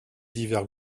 divers